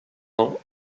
ans